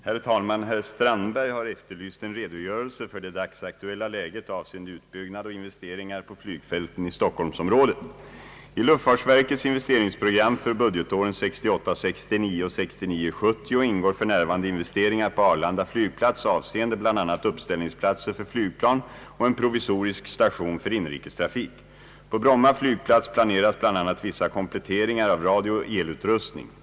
Herr talman! Herr Strandberg har efterlyst en redogörelse för det dagsaktuella läget avseende utbyggnad och investeringar på flygfälten i stockholmsområdet. plats avseende bl.a. uppställningsplatser för flygplan och en provisorisk station för inrikestrafik. På Bromma flygplats planeras bl.a. vissa kompletteringar av radiooch elutrustning.